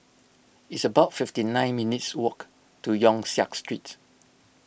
it's about fifty nine minutes' walk to Yong Siak Street